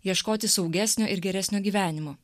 ieškoti saugesnio ir geresnio gyvenimo